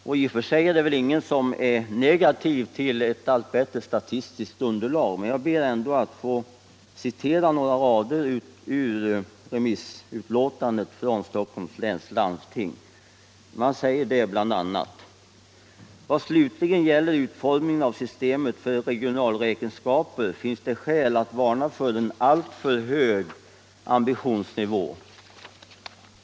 I och för sig är det väl ingen som är negativ till ett allt bättre statistiskt underlag, men jag ber ändå att få citera några rader ur remissutlåtandet från Stockholms läns landstings planeringskontor. Där sägs bl.a.: ”Vad slutligen gäller utformningen av systemet för regionalräkenskaper finns det skäl att varna för en alltför hög ambitionsnivå.